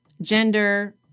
gender